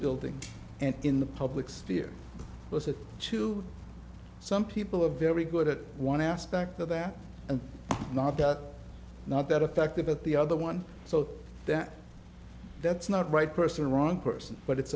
building and in the public sphere listen to some people are very good at one aspect of that and not that not that attractive at the other one so that that's not right person wrong person but it's